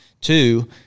Two